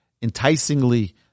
enticingly